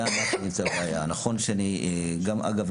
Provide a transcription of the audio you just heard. אגב,